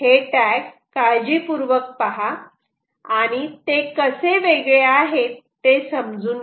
हे टॅग काळजीपूर्वक पहा आणि ते कसे वेगळे आहेत ते समजून घ्या